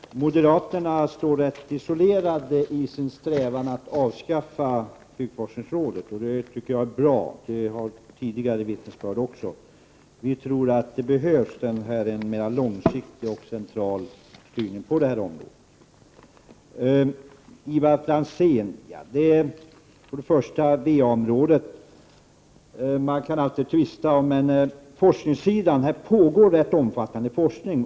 Herr talman! Låt mig bara säga till Jan Sandberg att moderaterna står rätt isolerade i sin strävan att avskaffa byggforskningsrådet, och det tycker jag är bra. Vi tror, och vi har hört tidigare vittnesbörd därom, att det behövs en mer långsiktig och central styrning på detta område. Till Ivar Franzén om VA-området: Man kan alltid tvista om forskningssidan. Här pågår nu en rätt omfattande forskning.